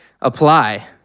apply